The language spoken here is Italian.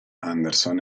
anderson